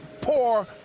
poor